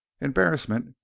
Embarrassment